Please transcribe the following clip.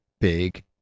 big